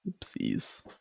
Oopsies